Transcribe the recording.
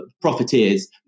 profiteers